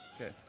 Okay